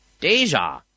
Deja